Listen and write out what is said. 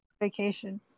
vacation